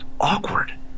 awkward